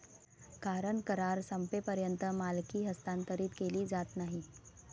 कारण करार संपेपर्यंत मालकी हस्तांतरित केली जात नाही